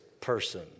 person